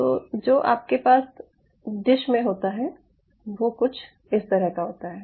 तो जो आपके पास डिश में होता है वो कुछ इस तरह का होता है